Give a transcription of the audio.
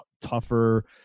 tougher